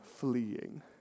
fleeing